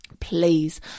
please